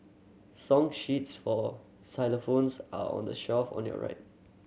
song sheets for xylophones are on the shelf on your right